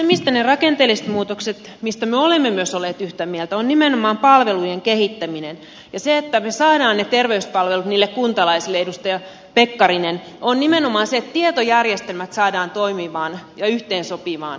niissä rakenteellisissa muutoksissa se mistä me olemme myös olleet yhtä mieltä on nimenomaan palvelujen kehittäminen ja se että me saamme ne terveyspalvelut niille kuntalaisille edustaja pekkarinen on nimenomaan se että tietojärjestelmät saadaan toimimaan ja yhteensopimaan